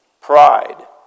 Pride